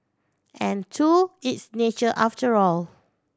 and two it's nature after all